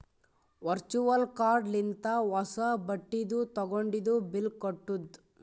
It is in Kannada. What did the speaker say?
ವರ್ಚುವಲ್ ಕಾರ್ಡ್ ಲಿಂತ ಹೊಸಾ ಬಟ್ಟಿದು ತಗೊಂಡಿದು ಬಿಲ್ ಕಟ್ಟುದ್